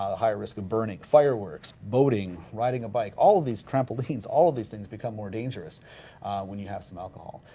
ah high risk of burning, fireworks, boating, riding a bike, all of these, trampolines, all of these things become more dangerous when you have some alcohol.